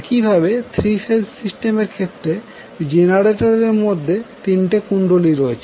একইভাবে 3 phase system এর ক্ষেত্রে জেনারেটর এরমধ্যে তিনটি কুণ্ডলী রয়েছে